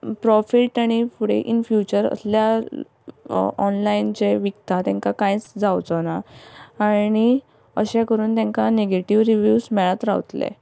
profit आनी फुडें in future असल्या ऑनलायन जें विकतात तेंकां कांयच जावंचो ना आनी अशें करून तेंका नेगेटिव्ह रिव्यूज मेळत रावतले